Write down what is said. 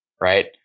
right